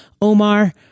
Omar